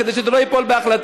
כדי שזה לא ייפול בהחלטה.